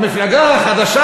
המפלגה החדשה,